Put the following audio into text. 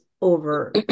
over